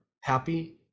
happy